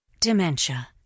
dementia